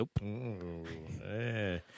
Nope